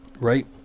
Right